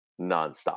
nonstop